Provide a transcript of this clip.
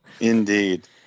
Indeed